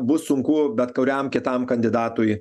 bus sunku bet kuriam kitam kandidatui